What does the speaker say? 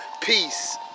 peace